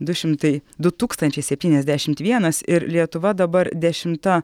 du šimtai du tūkstančiai septyniasdešimt vienas ir lietuva dabar dešimta